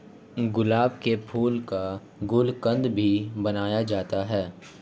गुलाब के फूल का गुलकंद भी बनाया जाता है